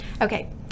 Okay